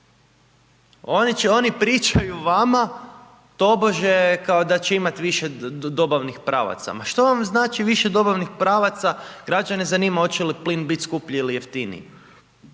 Oni pričaju vama tobože kao da će imati više dobavnih pravaca. Ma što vam znači više dobavnih pravaca, građane zanima hoće li plin biti skuplji ili jeftiniji